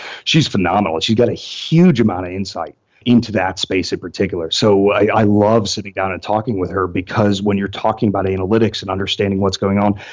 she's phenomenal she's got a huge amount of insight into that space in particular. so i love sitting down and talking with her, because when you're talking about analytics and understanding what's going on,